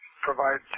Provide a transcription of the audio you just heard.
provide